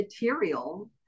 material